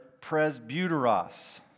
presbyteros